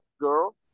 girl